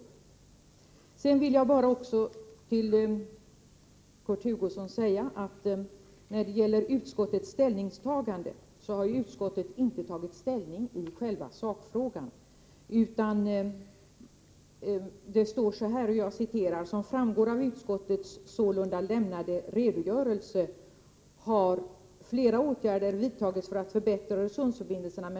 När det gäller utskottets ställningstagande vill jag bara säga till Kurt Hugosson att utskottet inte har tagit ställning i själva sakfrågan. I betänkandet står det: ”Som framgår av utskottets sålunda lämnade redogörelse har ——— flera åtgärder vidtagits för att förbättra Öresundsförbindelserna.